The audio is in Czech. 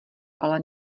ale